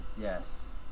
Yes